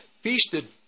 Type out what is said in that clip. feasted